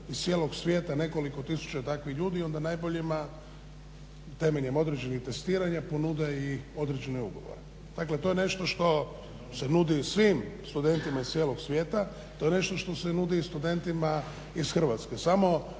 iz cijelog svijeta nekoliko tisuća takvih ljudi i onda najboljima temeljem određenih testiranja ponude i određene ugovore. Dakle, to je nešto što se nudi svim studentima iz cijelog svijeta, to je nešto što se nudi studentima iz Hrvatska.